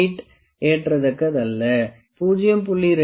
8 ஏற்கத்தக்கதல்ல 0